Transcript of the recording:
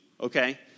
okay